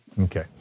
Okay